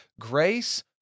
Grace